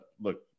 Look